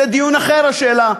זה דיון אחר בשאלה,